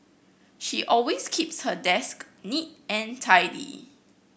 she always keeps her desk neat and tidy